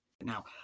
Now